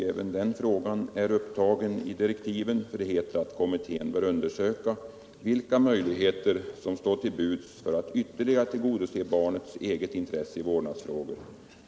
Även den frågan är upptagen i direktiven, och det heter där: ”Kommittén bör undersöka vilka möjligheter som står till buds att ytterligare tillgodose barnets eget intresse i vårdnadsfrågor.